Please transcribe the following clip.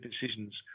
decisions